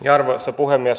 arvoisa puhemies